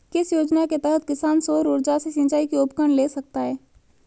किस योजना के तहत किसान सौर ऊर्जा से सिंचाई के उपकरण ले सकता है?